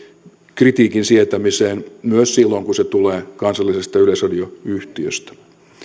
kritiikin sietämiseen myös silloin kun se tulee kansallisesta yleisradioyhtiöstä